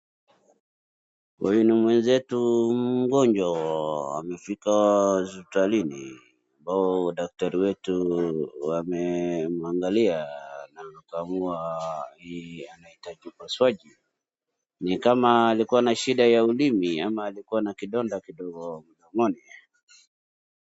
Huyu ni mwenzetu mgonjwa amefika hospitalini. Ambao daktari wetu wamemwangalia na wameamua anahitaji pasuaji. Ni kama alikuwa na shida ya ulimi ama alikuwa na kidonda kidogo mdomoni.